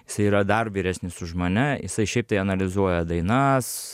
jisai yra dar vyresnis už mane jisai šiaip tai analizuoja dainas